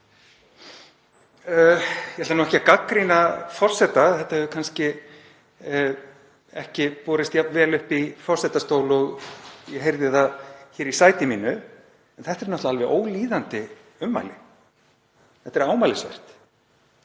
Ég ætla ekki að gagnrýna forseta, þetta hefur kannski ekki borist jafn vel upp í forsetastól og ég heyrði það hér í sæti mínu. En þetta eru náttúrlega ólíðandi ummæli. Þetta er ámælisvert,